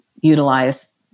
utilize